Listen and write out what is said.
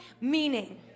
meaning